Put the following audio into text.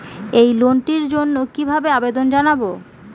এই লোনটির জন্য কিভাবে আবেদন জানাবো?